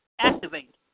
activate